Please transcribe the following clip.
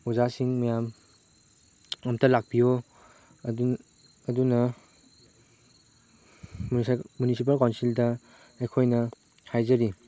ꯑꯣꯖꯥꯁꯤꯡ ꯃꯌꯥꯝ ꯑꯝꯇ ꯂꯥꯛꯄꯤꯌꯨ ꯑꯗꯨ ꯑꯗꯨꯅ ꯃꯨꯅꯤꯁꯤꯄꯥꯜ ꯀꯥꯎꯟꯁꯤꯜꯗ ꯑꯩꯈꯣꯏꯅ ꯍꯥꯏꯖꯔꯤ